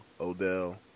Odell